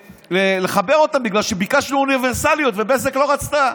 בגלל שביקשנו אוניברסליות, ובזק לא רצתה.